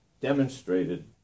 demonstrated